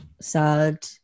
sad